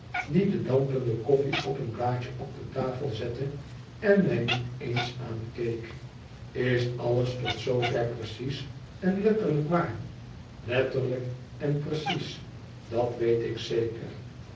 die de dampende koffie op een blaadje op de tafel zette en mij niet eens aankeek is alles tot zoo ver precies en letterlijk waar letterlijk en precies dat weet ik zeker